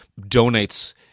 donates